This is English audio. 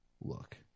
Look